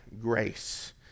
grace